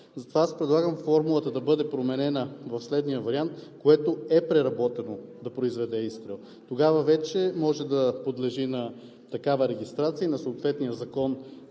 като акт, предлагам формулата да бъде променена в следния вариант „което е преработено да произведе изстрел“. Тогава вече въпросното оръжие може да подлежи на такава регистрация по съответния закон,